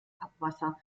abwasser